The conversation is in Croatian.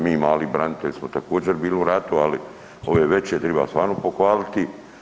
Mi mali branitelji smo također bili u ratu, ali ove veće triba stvarno pohvaliti.